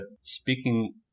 speaking